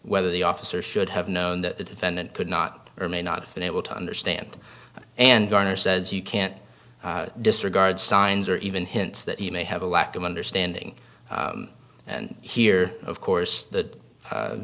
whether the officer should have known that the defendant could not or may not been able to understand and garner says you can't disregard signs or even hints that he may have a lack of understanding here of course that